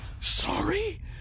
Sorry